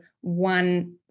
one